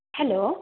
hello